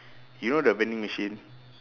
you know the vending machine